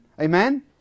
Amen